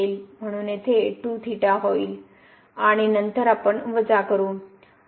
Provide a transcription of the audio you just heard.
म्हणून येथे येईल आणि नंतर आपण वजा करू